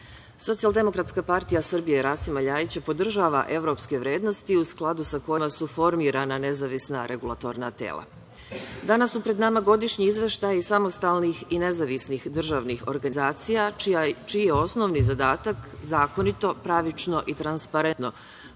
regulatornih leta, SDPS Rasima Ljajića podržava evropske vrednosti, u skladu sa kojima su formirana nezavisna regulatorna tela. Danas su pred nama godišnji izveštaji samostalnih i nezavisnih državnih organizacija, čiji je osnovni zadatak zakonito, pravično i transparentno